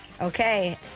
Okay